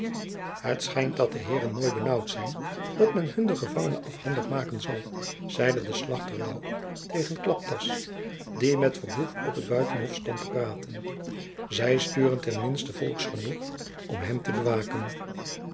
het schijnt dat de heeren mooi benaauwd zijn dat men hun den gevangene afhandig maken zal zeide de slachter louw tegen klaptas die met verhoef op het buitenhof stond te praten zy sturen ten minsten volks genoeg om hem te bewaken